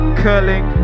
curling